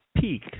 peak